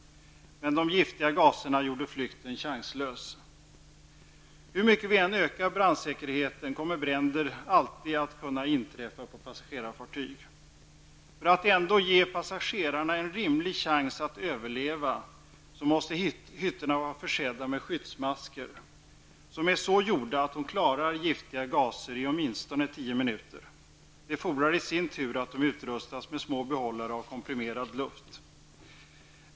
Men de giftiga gaserna gjorde flykten chanslös. Hur mycket vi än ökar brandsäkerheten kommer bränder alltid att kunna inträffa på passagerarfartyg. För att passagerarna ändå skall ha en rimlig chans att överleva måste hytterna vara försedda med skyddsmasker som är så gjorda att de klarar giftiga gaser i åtminstone tio minuter. Det fordrar i sin tur att de utrustas med små behållare av komprimerad luft.